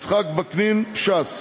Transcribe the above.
יצחק וקנין, ש"ס,